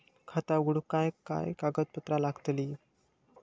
खाता उघडूक काय काय कागदपत्रा लागतली?